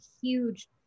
huge